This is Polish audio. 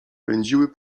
pędziły